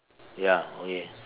ya okay